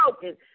broken